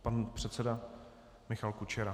Pan předseda Michal Kučera.